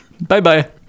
Bye-bye